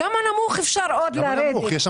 כמה נמוך אפשר עוד לרדת?